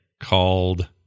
called